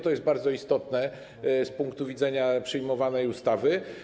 To jest bardzo istotne z punktu widzenia przyjmowanej ustawy.